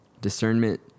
Discernment